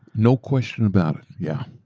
no question about it, yeah.